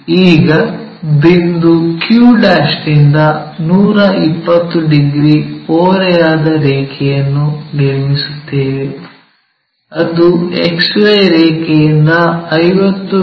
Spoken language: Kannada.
ಈಗ ಬಿಂದು q ನಿಂದ 120 ಡಿಗ್ರಿ ಓರೆಯಾದ ರೇಖೆಯನ್ನು ನಿರ್ಮಿಸುತ್ತೇವೆ ಅದು XY ರೇಖೆಯಿಂದ 50 ಮಿ